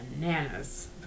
bananas